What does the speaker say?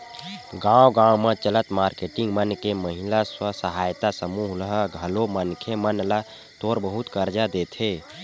गाँव गाँव म चलत मारकेटिंग मन के महिला स्व सहायता समूह ह घलो मनखे मन ल थोर बहुत करजा देथे